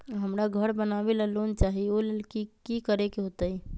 हमरा घर बनाबे ला लोन चाहि ओ लेल की की करे के होतई?